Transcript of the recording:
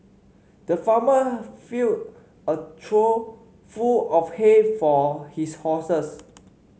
the farmer filled a trough full of hay for his horses